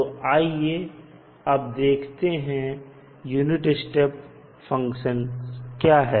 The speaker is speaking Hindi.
तो आइए अब देखते हैं यूनिट स्टेप फंक्शन क्या है